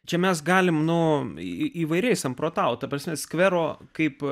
čia mes galime nuo įvairiai samprotauti ta prasme skvero kaip